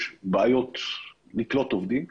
אחרי התקנות הסיכוי לקלוט עובדים מאוד